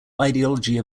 ideology